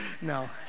No